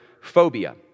phobia